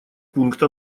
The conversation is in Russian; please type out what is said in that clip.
пункта